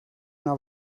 naar